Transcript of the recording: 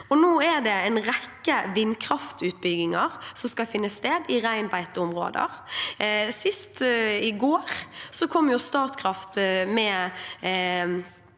Nå er det en rekke vindkraftutbygginger som skal finne sted i reinbeiteområder. Senest i går kom Statkraft med en